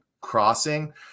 crossing